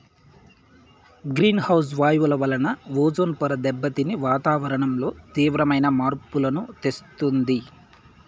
green house వాయువుల వలన ozone పొర దెబ్బతిని వాతావరణంలో తీవ్రమైన మార్పులను తెస్తుంది